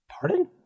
Pardon